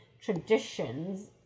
traditions